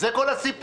זה כל הסיפור.